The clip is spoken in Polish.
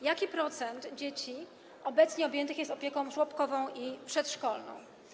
Jaki procent dzieci obecnie objętych jest opieką żłobkową i przedszkolną?